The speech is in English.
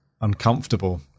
uncomfortable